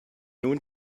nun